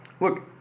Look